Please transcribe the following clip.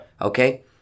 Okay